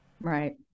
Right